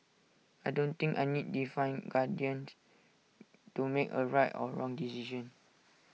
I don't think I need divine guardian to make A right or wrong decision